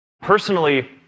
Personally